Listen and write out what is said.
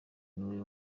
niwe